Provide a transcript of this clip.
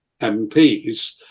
MPs